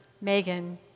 Megan